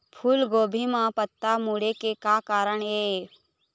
फूलगोभी म पत्ता मुड़े के का कारण ये?